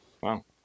Wow